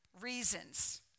reasons